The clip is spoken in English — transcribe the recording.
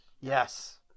Yes